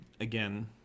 again